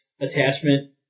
attachment